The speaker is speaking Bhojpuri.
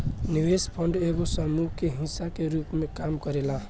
निवेश फंड एगो समूह के हिस्सा के रूप में काम करेला